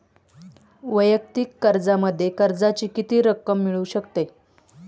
वैयक्तिक कर्जामध्ये कर्जाची किती रक्कम मिळू शकते?